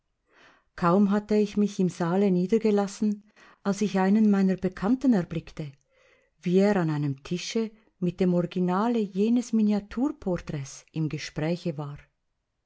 kaum hatte ich mich im saale niedergelassen als ich einen meiner bekannten erblickte wie er an einem tische mit dem originale jenes miniaturporträts im gespräche war